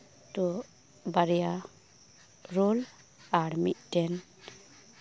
ᱛᱚ ᱵᱟᱨᱭᱟ ᱨᱳᱞ ᱟᱨ ᱢᱤᱫ ᱴᱮᱱ